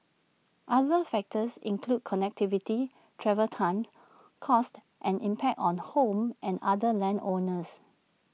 other factors include connectivity travel times costs and impact on home and other land owners